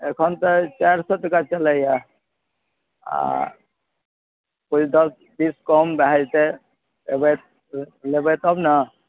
एखन तऽ चारि सओ टका चलैए आओर कोइ दस बीस कम भए जएतै अएबै लेबै तब ने